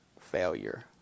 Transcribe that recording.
failure